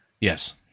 Yes